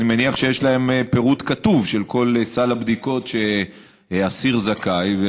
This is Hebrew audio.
אני מניח שיש להם פירוט כתוב של כל סל הבדיקות שאסיר זכאי לו.